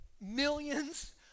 millions